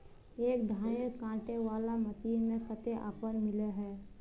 एक धानेर कांटे वाला मशीन में कते ऑफर मिले है?